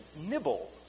nibble